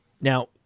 Now